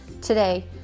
today